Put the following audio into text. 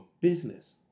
business